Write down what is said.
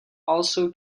also